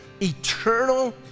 eternal